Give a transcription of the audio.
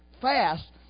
fast